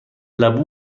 لبو